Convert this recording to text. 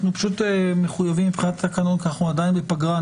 אנחנו מחויבים מבחינת תקנון כי אנחנו עדיין בפגרה,